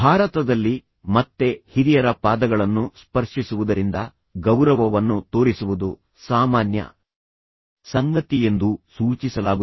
ಭಾರತದಲ್ಲಿ ಮತ್ತೆ ಹಿರಿಯರ ಪಾದಗಳನ್ನು ಸ್ಪರ್ಶಿಸುವುದರಿಂದ ಗೌರವವನ್ನು ತೋರಿಸುವುದು ಸಾಮಾನ್ಯ ಸಂಗತಿಯೆಂದು ಸೂಚಿಸಲಾಗುತ್ತದೆ